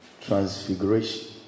transfiguration